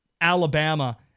Alabama